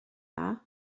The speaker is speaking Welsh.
dda